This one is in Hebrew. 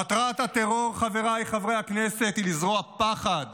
מטרת הטרור, חבריי חברי הכנסת, היא לזרוע פחד.